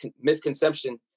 misconception